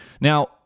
Now